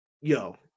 yo